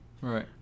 Right